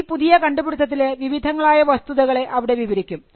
ഈ പുതിയ കണ്ടുപിടിത്തത്തിലെ വിവിധങ്ങളായ വസ്തുതകളെ അവിടെ വിവരിക്കും